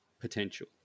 potential